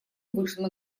вышла